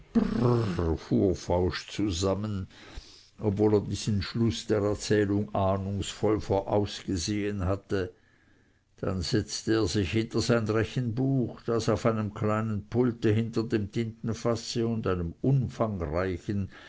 zusammen obwohl er diesen schluß der erzählung ahnungsvoll vorausgesehen hatte dann setzte er sich hinter sein rechenbuch das auf einem kleinen pulte zwischen dem tintenfasse und einem umfangreichen